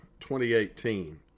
2018